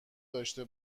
داشه